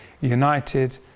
united